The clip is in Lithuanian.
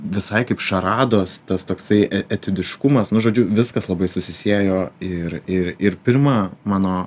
visai kaip šarados tas toksai e etiudškumas nu žodžiu viskas labai susisiejo ir ir ir pirma mano